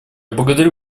благодарю